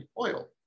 oil